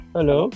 Hello